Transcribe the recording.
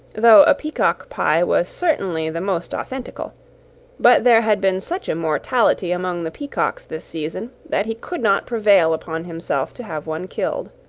though a peacock-pie was certainly the most authentical but there had been such a mortality among the peacocks this season, that he could not prevail upon himself to have one killed.